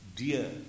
dear